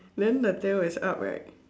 then the tale is up right